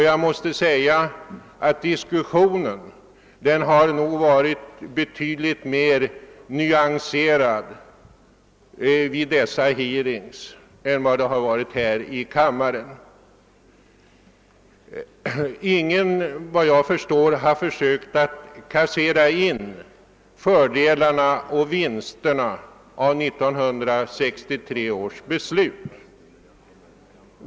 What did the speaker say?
Jag måste säga att diskussionen vid dessa hearings har varit betydligt mer nyanserad än här i kammaren. Ingen har här i kammaren försökt påvisa fördelarna och vinsterna av 1963 års beslut.